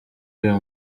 uyu